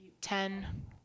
ten